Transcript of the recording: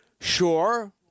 Sure